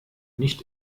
nicht